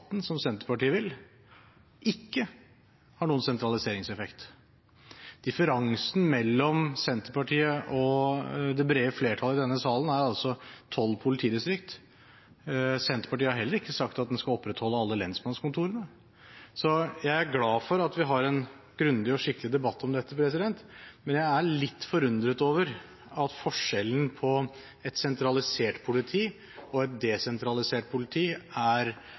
18, som Senterpartiet vil, ikke har noen sentraliseringseffekt. Differansen mellom det som Senterpartiet vil, og det som det brede flertallet i denne salen ønsker, er altså seks politidistrikt. Senterpartiet har heller ikke sagt at en skal opprettholde alle lensmannskontorene, så jeg er glad for at vi har en grundig og skikkelig debatt om dette, men jeg er litt forundret over at forskjellen mellom et sentralisert politi og et desentralisert politi er